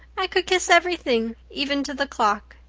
i could kiss everything, even to the clock.